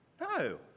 No